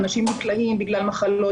אנשים נקלעים לחובות בגלל מחלות,